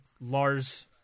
Lars